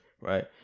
right